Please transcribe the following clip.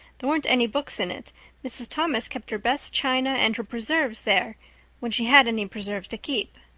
there weren't any books in it mrs. thomas kept her best china and her preserves there when she had any preserves to keep.